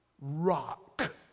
Rock